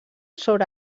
sobre